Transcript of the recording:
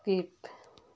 skip